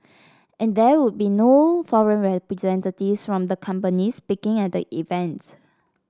and there would be no foreign representatives from the companies speaking at the event